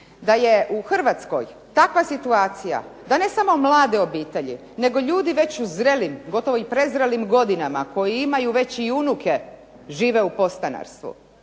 da je u Hrvatskoj takva situacija da ne samo mlade obitelji nego ljudi već u zrelim, gotovo u prezrelim godinama koji imaju već i unuke žive u podstanarstvu